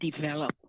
develop